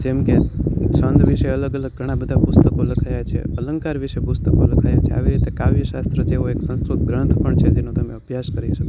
જેમકે છંદ વિશે અલગ અલગ ઘણાં બધા પુસ્તકો લખાયા છે અલંકાર વિશે પુસ્તકો લખાયા છે આવી રીતે કાવ્ય શાસ્ત્ર જેવો એક સંસ્કૃત ગ્રંથ પણ છે તેનો તમે અભ્યાસ કરી શકો